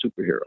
superhero